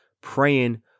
praying